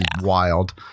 wild